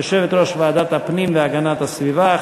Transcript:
יושבת-ראש ועדת הפנים והגנת הסביבה,